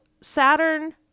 Saturn